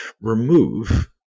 Remove